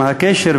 מה הקשר,